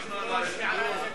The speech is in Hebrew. הערה לסדר,